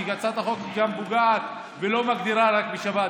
כי הצעת החוק פוגעת ולא מגדירה רק את שבת,